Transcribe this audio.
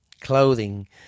clothing